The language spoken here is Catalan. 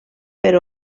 per